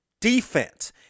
defense